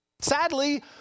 Sadly